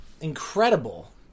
incredible